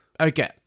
Okay